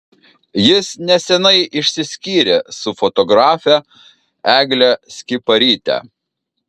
jis neseniai išsiskyrė su fotografe egle skiparyte